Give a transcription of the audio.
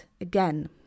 again